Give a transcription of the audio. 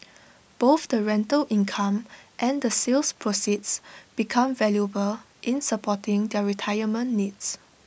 both the rental income and the sale proceeds become valuable in supporting their retirement needs